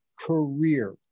career